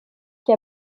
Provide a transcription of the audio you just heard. qui